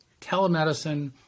telemedicine